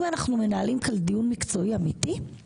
אם אנחנו מנהלים כאן דיון מקצועי אמיתי,